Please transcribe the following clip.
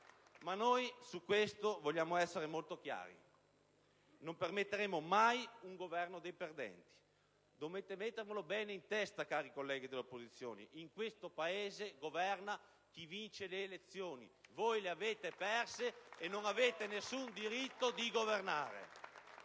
Ma noi su questo vogliamo essere molto chiari. Non permetteremo mai un Governo dei perdenti. Dovete mettervelo bene in testa, cari colleghi dell'opposizione. In questo Paese governa chi vince le elezioni. Voi le avete perse e non avete alcun diritto di governare.